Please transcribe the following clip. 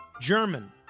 German